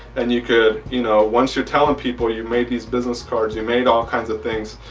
and you could you know once you're telling people you made these business cards you made all kinds of things.